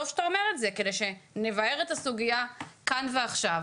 שאתה אומר את זה כדי שנבאר את הסוגייה כאן ועכשיו.